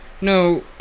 No